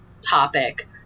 topic